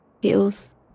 beetles